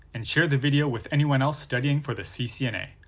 and share the video with anyone else studying for the ccna.